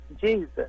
Jesus